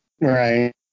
right